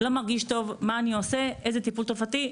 לא מרגיש טוב, מה אני עושה, איזה טיפול תרופתי,